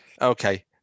okay